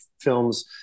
films